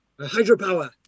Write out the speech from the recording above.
Hydropower